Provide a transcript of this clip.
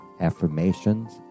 affirmations